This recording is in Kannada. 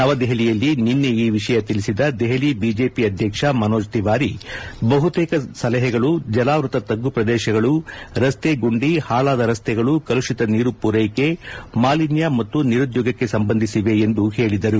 ನವದೆಹಲಿಯಲ್ಲಿ ನಿನ್ನೆ ಈ ವಿಷಯ ತಿಳಿಸಿದ ದೆಹಲಿ ಬಿಜೆಪಿ ಅಧ್ಯಕ್ಷ ಮನೋಜ್ ತಿವಾರಿ ಬಹುತೇಕ ಸಲಹೆಗಳು ಜಲಾವೃತ ತಗ್ಗು ಪ್ರದೇಶಗಳ ಜಲಾವೃತ್ತ ರಸ್ತೆ ಗುಂಡಿ ಹಾಳಾದ ರಸ್ತೆಗಳು ಕಲುಷಿತ ನೀರು ಪೂರೈಕೆ ಮಾಲಿನ್ಯ ಮತ್ತು ನಿರುದ್ಯೋಗಕ್ಕೆ ಸಂಬಂಧಿಸಿದೆ ಎಂದರು